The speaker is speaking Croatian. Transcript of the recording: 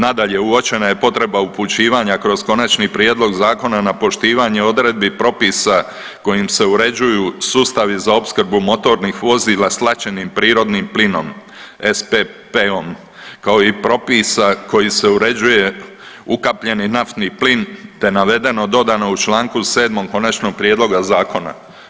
Nadalje, uočena je potreba upućivanja kroz konačni prijedlog zakona na poštivanje odredbi propisa kojim se uređuju sustavi za opskrbu motornih vozila s tlačenim prirodnim plinom SPP-om, kao i propisa koji se uređuje ukapljeni naftni plin te navedeno dodano u čl. 7. Konačnog prijedloga zakona.